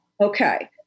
okay